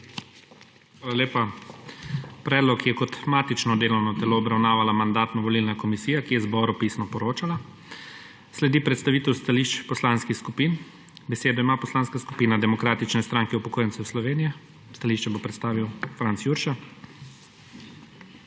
Hvala lepa. Predlog je kot matično delovno telo obravnavala mandatno-volilna komisija, ki je zboru pisno poročala. Sledi predstavitev stališč poslanskih skupin. Besedo ima Poslanska skupina demokratične stranke upokojencev Slovenije. Stališče bo predstavil Franc Jurša.